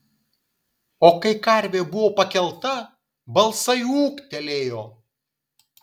o kai karvė buvo pakelta balsai ūktelėjo